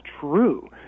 true